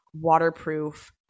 waterproof